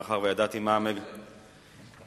מאחר שידעתי מה איפה הם?